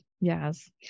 yes